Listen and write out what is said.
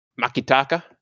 Makitaka